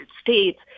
States